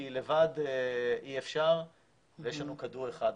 כי לבד אי אפשר ויש לנו כדור אחד,